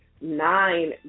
nine